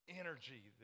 energy